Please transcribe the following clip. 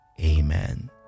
Amen